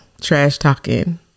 trash-talking